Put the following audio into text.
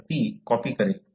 तर ती कॉपी करेल